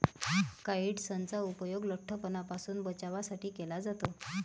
काइट्सनचा उपयोग लठ्ठपणापासून बचावासाठी केला जातो